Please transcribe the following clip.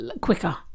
quicker